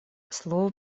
слово